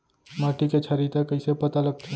माटी के क्षारीयता कइसे पता लगथे?